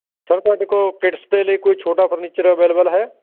sir ਤੁਹਾਡੇ ਕੋਲ kids ਦੇ ਲਈ ਕੋਈ ਛੋਟਾ ਫਰਨੀਚਰ ਅਵੇਲੇਬਲ ਹੈ